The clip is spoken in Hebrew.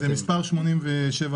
שנעצר ב-2011